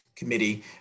committee